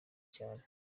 cyane